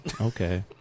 Okay